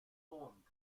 formed